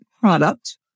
product